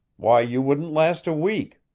why, you wouldn't last a week!